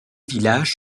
villages